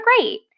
great